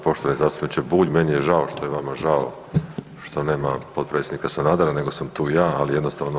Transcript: Poštovani zastupniče Bulj, meni je žao što je vama žao što nema potpredsjednika Sanadera nego sam tu ja, ali jednostavno…